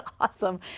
awesome